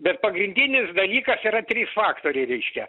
bet pagrindinis dalykas yra trys faktoriai reiškia